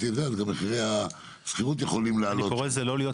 אז גם מחירי השכירות יכולים לעלות.